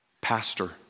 Pastor